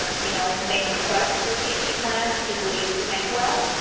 you know, make requests for kt plans, people used to think, well,